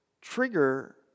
trigger